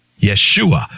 Yeshua